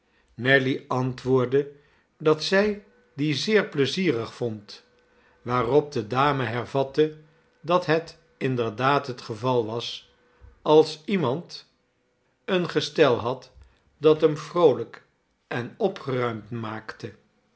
nelly antwoordde dat zij die zeer pleizierig vond waarop de dame hervatte dat het inderdaad het geval was als iemand een gestel had dat hem vroolijk en opgeruimd maakte